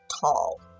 tall